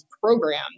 program